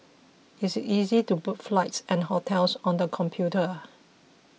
it is easy to book flights and hotels on the computer